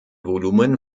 volumen